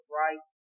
right